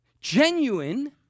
Genuine